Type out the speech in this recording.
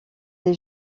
les